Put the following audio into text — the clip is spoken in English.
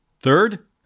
Third